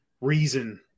reason